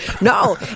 No